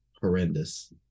horrendous